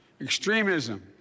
extremism